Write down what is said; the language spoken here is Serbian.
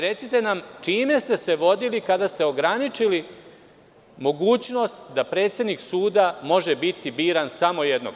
Recite nam čime ste se vodili kada ste ograničili mogućnost da predsednik suda može biti biran samo jednom?